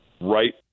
right